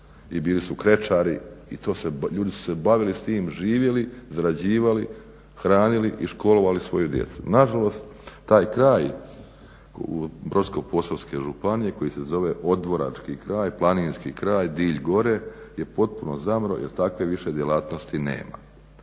i bili su krećari i to se, ljudi su se bavili s tim, živjeli, zarađivali, hranili i školovali svoju djecu. Nažalost taj kraj Brodsko-posavske koji se zove Odvorački kraj, Planinski kraj, Dilj gore je potpuno zamro jer takve više djelatnosti nema.